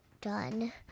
done